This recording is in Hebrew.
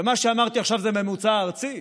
ומה שאמרתי עכשיו זה ממוצע ארצי.